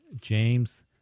James